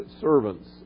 servants